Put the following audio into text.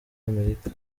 amerika